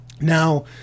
Now